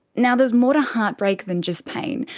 now, there's more to heartbreak than just pain.